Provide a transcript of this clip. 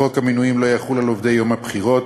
חוק המינויים לא יחול על עובדי יום הבחירות,